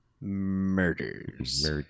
Murders